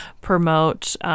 promote